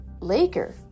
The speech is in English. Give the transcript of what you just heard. Laker